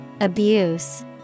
Abuse